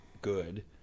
good